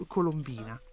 Colombina